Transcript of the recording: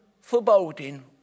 foreboding